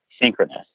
synchronous